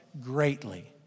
greatly